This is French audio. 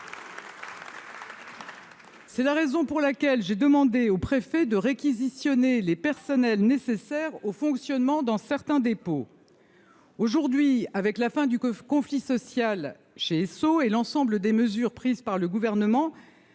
C'est la raison pour laquelle j'ai demandé au préfet de réquisitionner les personnels nécessaires au fonctionnement dans certains dépôts aujourd'hui avec la fin du Golfe conflit social chez Esso et l'ensemble des mesures prises par le gouvernement,